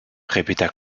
répéta